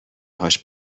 هاش